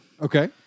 Okay